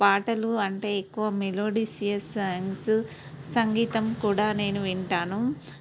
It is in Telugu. పాటలు అంటే ఎక్కువ మెలోడిసియస్ సాంగ్స్ సంగీతం కూడా నేను వింటాను